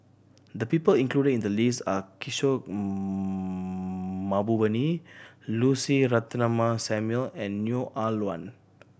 the people included in the list are Kishore Mahbubani Lucy Ratnammah Samuel and Neo Ah Luan